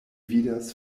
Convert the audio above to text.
vidas